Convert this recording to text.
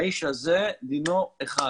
האיש הזה דינו אחד,